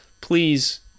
please